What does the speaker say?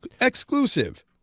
exclusive